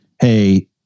Hey